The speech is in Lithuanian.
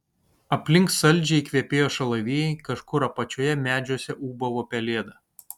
aplink saldžiai kvepėjo šalavijai kažkur apačioje medžiuose ūbavo pelėda